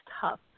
tough